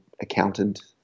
accountant